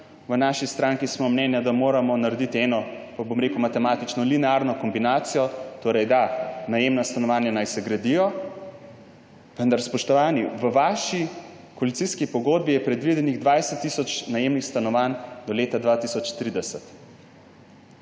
V naši stranki smo mnenja, da moramo narediti eno matematično linearno kombinacijo. Da, najemna stanovanja naj se gradijo, vendar, spoštovani, v vaši koalicijski pogodbi je predvidenih 20 tisoč najemnih stanovanj do leta 2030.